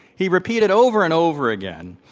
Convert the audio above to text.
he repeated over and over again,